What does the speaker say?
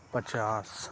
پچاس